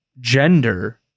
gender